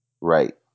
Right